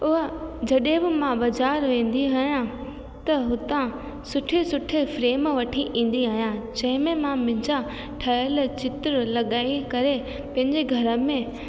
उहा जॾहिं बि मां बाज़ारि वेंदी आहियां त हुतां सुठे सुठे फ्रेम वठी ईंदी आहियां जंहिंमें मां मुंहिंजा ठहियल चित्र लॻाई करे पंहिंजे घर में